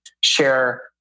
share